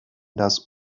das